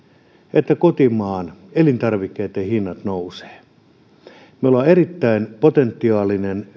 että kotimaan elintarvikkeitten hinnat nousevat me olemme erittäin potentiaalinen